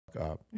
up